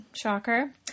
shocker